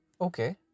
okay